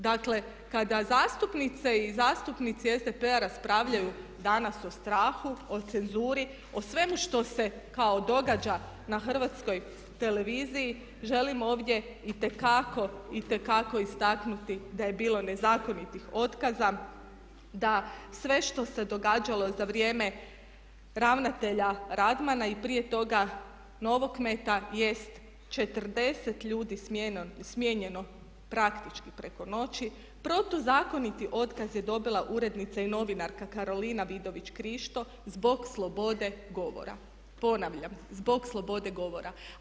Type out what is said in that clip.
Dakle, kada zastupnice i zastupnici SDP-a raspravljaju danas o strahu, o cenzuri, o svemu što se kao događa na HRT-u želim ovdje itekako istaknuti da je bilo nezakonitih otkaza, da sve što se događalo za vrijeme ravnatelja Radmana i prije toga Novokmeta jest 40 ljudi smijenjeno praktički preko noći protuzakoniti otkaz je dobila urednica i novinarka Karolin Vidović Krišto zbog slobode govora, ponavljam slobode govora.